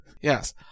Yes